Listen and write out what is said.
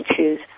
choose